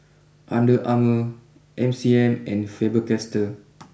under Armour M C M and Faber Castell